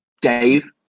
Dave